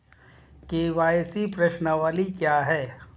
KYC प्रश्नावली क्या है?